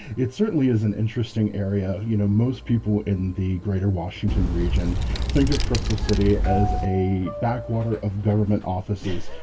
it certainly is an interesting area. you know, most people in the greater washington region think of crystal city as a backwater of government offices,